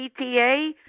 PTA